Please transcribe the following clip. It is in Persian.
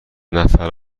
نفر